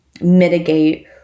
mitigate